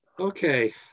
Okay